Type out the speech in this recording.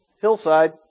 hillside